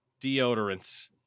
deodorants